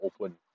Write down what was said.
open